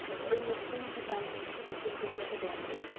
putting mr. lee-sung in this position seems like a bandaid.